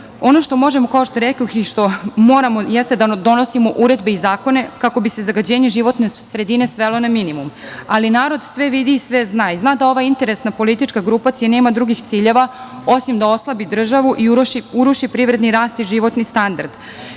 kao što rekoh, i što moramo jeste da donosimo uredbe i zakone, kako bi se zagađenje životne sredine svelo na minimum. Ali narod sve vidi i sve zna. Zna da ova interesna politička grupacija nema drugih ciljeva, osim da oslabi državu i uruši privredni rast i životni standard. Kada